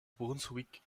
brunswick